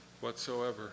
whatsoever